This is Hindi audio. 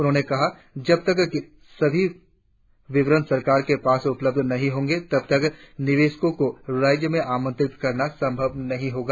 उन्होंने कहा जब तक सभी विवरण सरकार के पास उपलब्ध नहीं होंगे तब तक निवेशकों को राज्य में आमंत्रित करना संभव नहीं होगा